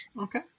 Okay